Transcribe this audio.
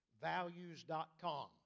values.com